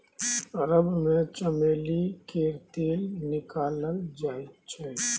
अरब मे चमेली केर तेल निकालल जाइ छै